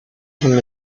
him